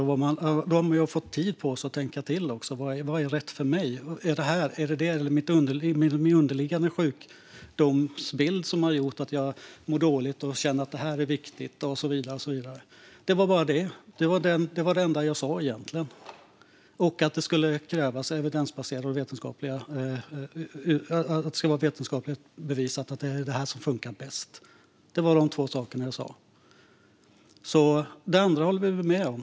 Då ska man också ha haft tid på sig att tänka på vad som är rätt för en själv: Handlar det om könsdysfori, eller finns det en underliggande sjukdomsbild som gör att man mår dåligt eller känner att detta är viktigt och så vidare? Detta var det enda jag sa egentligen. Jag sa också att det ska vara evidensbaserat och vetenskapligt bevisat att det är detta som funkar bäst. Det var de två saker jag sa. Resten håller vi med om.